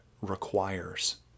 requires